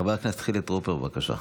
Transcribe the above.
חבר הכנסת חילי טרופר, בבקשה.